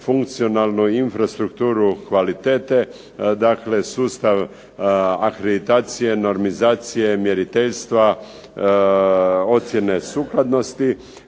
funkcionalnu infrastrukturu kvalitete, dakle sustav akreditacije, normizacije, mjeriteljstva, ocjene sukladnosti,